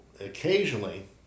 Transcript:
Occasionally